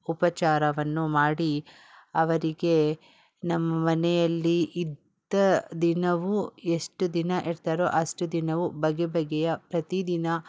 ಉಪಚಾರವನ್ನು ಮಾಡಿ ಅವರಿಗೆ ನಮ್ಮ ಮನೆಯಲ್ಲಿ ಇದ್ದ ದಿನವೂ ಎಷ್ಟು ದಿನ ಇರ್ತಾರೊ ಅಷ್ಟು ದಿನವೂ ಬಗೆ ಬಗೆಯ ಪ್ರತೀ ದಿನ